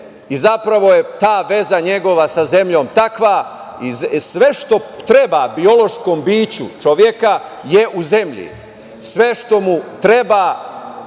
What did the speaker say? i zapravo je ta veza njegova sa zemljom takva i sve što treba biološkom biću čoveka je u zemlji. Sve što treba